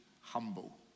humble